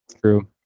True